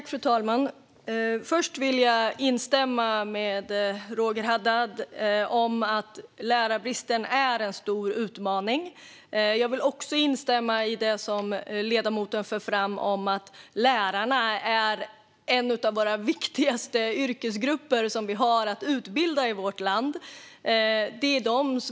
Fru talman! Först vill jag instämma med Roger Haddad om att lärarbristen är en stor utmaning. Jag vill också instämma i det som ledamoten för fram om att lärarna är en av de viktigaste yrkesgrupper som vi har att utbilda i vårt land.